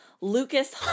lucas